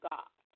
God